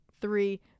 three